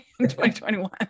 2021